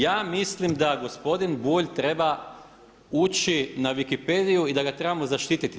Ja mislim da gospodin Bulj treba ući na Wikipediju i da ga trebamo zaštititi.